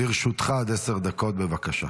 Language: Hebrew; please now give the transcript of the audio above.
לרשותך עד עשר דקות, בבקשה.